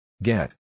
Get